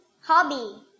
hobby